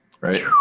right